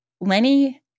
Lenny